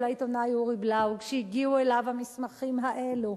העיתונאי אורי בלאו כשהגיעו אליו המסמכים האלו,